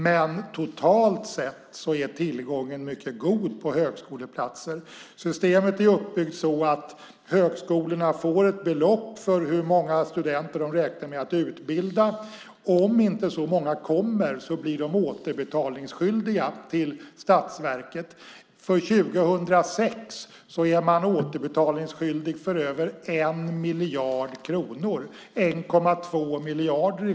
Men totalt sett är tillgången på högskoleplatser mycket god. Systemet är uppbyggt så att högskolorna får ett belopp för hur många studenter de räknar med att utbilda. Om de inte får så många studenter blir de återbetalningsskyldiga till staten. För 2006 är man återbetalningsskyldig för över 1 miljard kronor - i själva verket 1,2 miljarder.